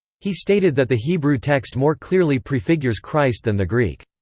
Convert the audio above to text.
he stated that the hebrew text more clearly prefigures christ than the greek.